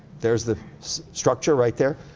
there's the structure right there.